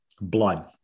blood